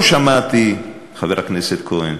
לא שמעתי, חבר הכנסת כהן